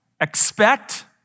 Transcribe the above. expect